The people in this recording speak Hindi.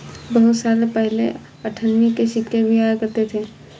बहुत साल पहले अठन्नी के सिक्के भी आया करते थे